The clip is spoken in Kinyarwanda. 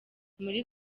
muri